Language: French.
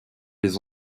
les